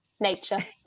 Nature